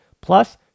Plus